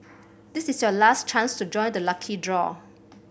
this is your last chance to join the lucky draw